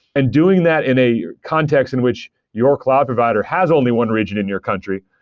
and doing that in a context in which your cloud provider has only one region in your country,